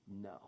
No